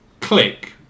click